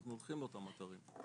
אנחנו הולכים לאותם אתרים,